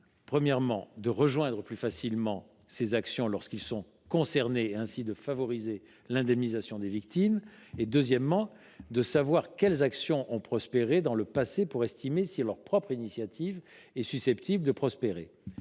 part, de rejoindre plus facilement ces actions lorsqu’ils sont concernés et ainsi de favoriser l’indemnisation des victimes ; d’autre part, de savoir quelles actions ont prospéré dans le passé pour estimer si leur propre initiative est elle même susceptible de prospérer.